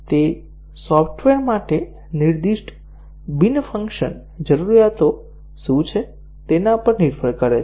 તે સોફ્ટવેર માટે નિર્દિષ્ટ બિન કાર્યકારી જરૂરિયાતો શું છે તેના પર નિર્ભર કરે છે